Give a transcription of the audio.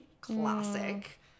Classic